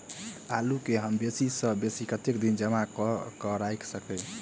आलु केँ हम बेसी सऽ बेसी कतेक दिन जमा कऽ क राइख सकय